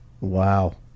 Wow